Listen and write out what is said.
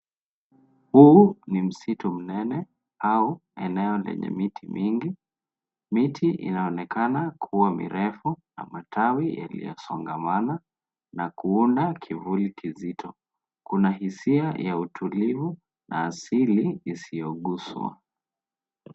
Huu ni msitu mnene au eneo lenye miti mingi. Miti inaonekana kuwa mirefu, na matawi yaliyosongamana, na kuunda kivuli kizito. Kuna hisia ya utulivu na asili isiyoguswa.